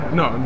no